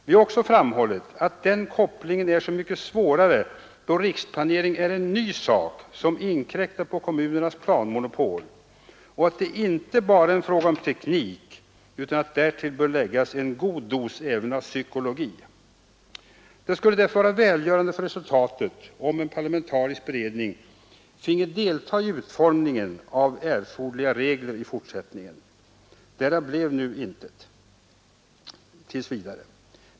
Vi har också framhållit att den kopplingen är så mycket svårare som riksplaneringen är något nytt som inkräktar på kommunernas planmonopol och att det inte bara är fråga om teknik utan att därtill bör läggas även en god dos av psykologi. Det skulle därför vara till gagn för resultatet om en parlamentarisk beredning finge delta i riksplanearbetet i fortsättningen. Därav blir nu intet tills vidare.